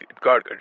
God